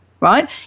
right